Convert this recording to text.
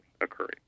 occurring